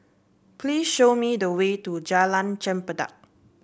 please show me the way to Jalan Chempedak